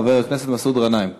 חבר הכנסת מסעוד גנאים.